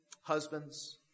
husbands